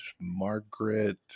Margaret